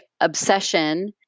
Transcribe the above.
obsession